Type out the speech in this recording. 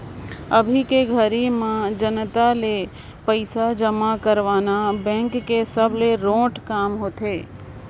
अभी के घरी में जनता ले पइसा जमा करवाना बेंक के सबले रोंट काम होथे